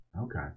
Okay